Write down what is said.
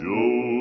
Joe